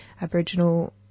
Aboriginal